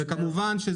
וכמובן הכול בהסכמה.